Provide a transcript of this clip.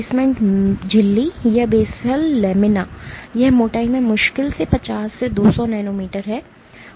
basement झिल्ली या basal lamina यह मोटाई में मुश्किल से 50 से 200 नैनोमीटर है